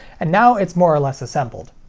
and now it's more or less assembled.